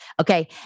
Okay